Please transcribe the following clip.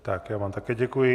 Já vám také děkuji.